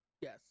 Yes